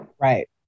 Right